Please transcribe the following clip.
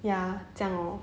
ya 这样 lor